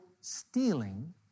stealing